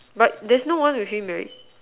but there's no one with him right